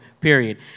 Period